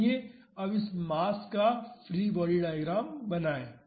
आइए अब इस मास का फ्री बॉडी डायग्राम बनाएं